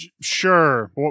sure